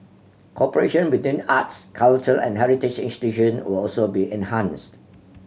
cooperation between arts culture and heritage institution will also be enhanced